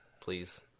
please